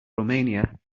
romania